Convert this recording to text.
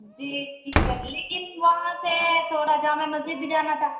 جی ٹھیک ہے لیکن وہاں سے تھوڑا جامع مسجد بھی جانا تھا